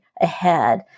ahead